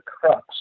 crux